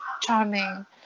charming